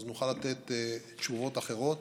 אז נוכל לתת תשובות אחרות.